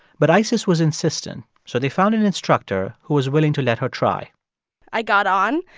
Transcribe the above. but isis was insistent, so they found an instructor who was willing to let her try i got on,